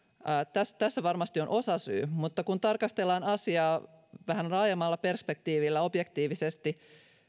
tässä tässä varmasti on osasyy mutta kun tarkastellaan vähän laajemmalla perspektiivillä ja objektiivisesti